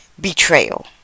Betrayal